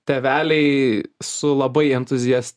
tėveliai su labai entuzias